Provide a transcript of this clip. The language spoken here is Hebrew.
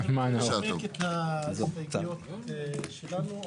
אני רוצה לנמק את ההסתייגויות שלנו,